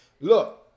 Look